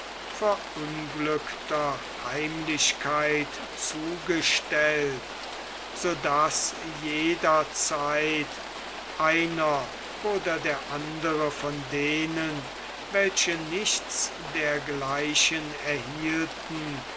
verunglückter heimlichkeit zugestellt so daß jederzeit einer oder der andere von denen welche nichts dergleichen erhielten